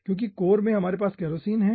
क्योंकि कोर में हमारे पास केरोसिन है